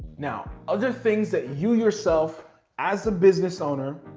now, other things that you yourself as a business owner,